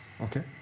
Okay